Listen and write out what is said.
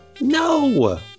no